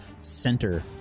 center